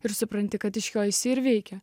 ir supranti kad iš jo esi ir veikia